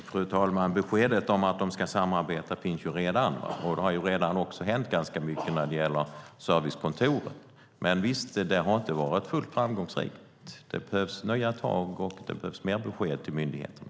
Fru talman! Beskedet om att de ska samarbete finns ju redan, och det har också redan hänt ganska mycket när det gäller servicekontoren. Men visst har det inte varit helt framgångsrikt. Det behövs nya tag, och det behövs mer besked till myndigheterna.